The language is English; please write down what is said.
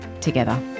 together